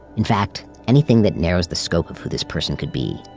in fact, anything that narrows the scope of who this person could be,